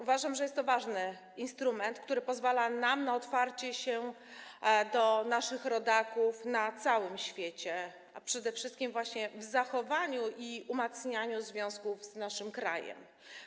Uważam, że jest to ważny instrument, który pozwala nam na otwarcie się na naszych rodaków na całym świecie, a przede wszystkim właśnie na zachowanie i umacnianie związków z naszym krajem.